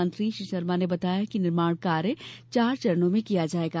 मंत्री श्री शर्मा ने बताया कि निर्माण कार्य चार चरणों में किया जाएगा